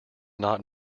not